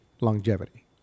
longevity